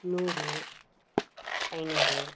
நூறு ஐந்நூறு